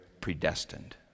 predestined